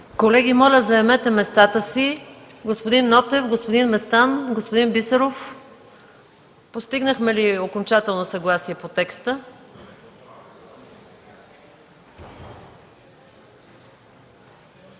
Колеги, моля заемете местата си. Господин Нотев, господин Местан, господин Бисеров! Постигнахме ли окончателно съгласие по текста?